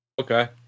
Okay